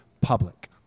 public